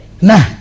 nah